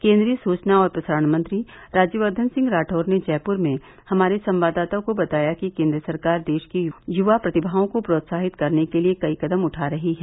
केन्द्रीय सूचना और प्रसारण मंत्री राज्यवर्धन सिंह राठौर ने जयपुर में हमारे संवाददाता को बताया कि केंद्र सरकार देश की युवा प्रतिभाओं को प्रोत्साहित करने के लिए कई कदम उठा रही है